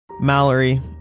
Mallory